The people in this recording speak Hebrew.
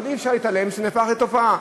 אבל אי-אפשר להתעלם מזה שזה נהפך לתופעה.